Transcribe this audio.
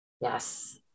Yes